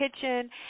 Kitchen